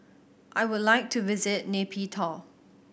I would like to visit Nay Pyi Taw